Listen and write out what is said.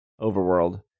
overworld